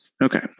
Okay